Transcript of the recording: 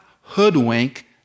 hoodwink